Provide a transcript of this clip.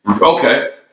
okay